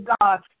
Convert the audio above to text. God